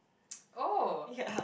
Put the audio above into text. oh